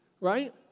right